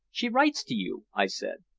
she writes to you, i said.